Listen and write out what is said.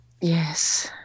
Yes